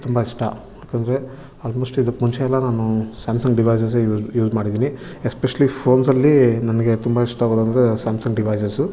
ತುಂಬ ಇಷ್ಟ ಏಕೆಂದ್ರೆ ಆಲ್ಮೋಶ್ಟ್ ಇದಕ್ಕೆ ಮುಂಚೆ ಎಲ್ಲ ನಾನು ಸ್ಯಾಮ್ಸಂಗ್ ಡಿವೈಸಸ್ಸೇ ಯೂಸ್ ಯೂಸ್ ಮಾಡಿದ್ದೀನಿ ಎಸ್ಪೆಷ್ಲಿ ಫೋನ್ಸಲ್ಲಿ ನನಗೆ ತುಂಬ ಇಷ್ಟವಾದಂದರೆ ಸ್ಯಾಮ್ಸಂಗ್ ಡಿವೈಸಸ್ಸು